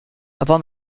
avant